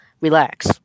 relax